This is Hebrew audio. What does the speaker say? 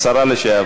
היא שרה לשעבר.